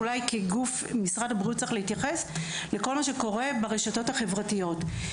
משרד הבריאות צריך להתייחס לכל מה שקורה ברשתות החברתיות.